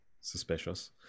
Suspicious